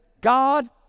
God